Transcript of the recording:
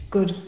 Good